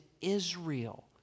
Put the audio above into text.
Israel